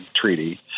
Treaty